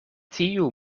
tiu